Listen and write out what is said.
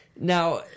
Now